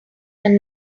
than